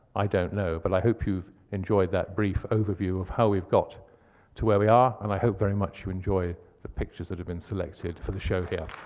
i don't know. but i hope you've enjoyed that brief overview of how we've got to where we are, and i hope very much enjoy the pictures that have been selected for the show here.